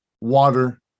water